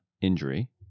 injury